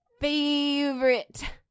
favorite